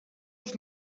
els